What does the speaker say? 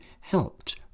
helped